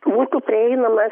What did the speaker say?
būtų prieinamas